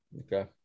Okay